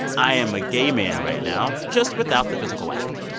i am a gay man right now, just without the physical act.